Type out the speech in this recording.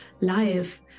life